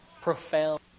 profound